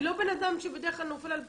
אני לא בן אדם שבדרך כלל נופל על פקידים,